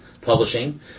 Publishing